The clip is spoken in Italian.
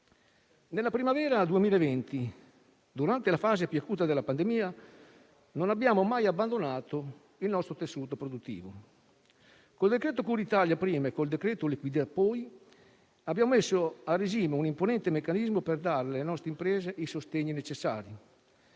Nella primavera 2020, durante la fase più acuta della pandemia, non abbiamo mai abbandonato il nostro tessuto produttivo. Col decreto cosiddetto Cura Italia prima e col decreto liquidità poi, abbiamo messo a regime un imponente meccanismo per dare alle nostre imprese il sostegno necessario,